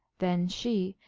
then she,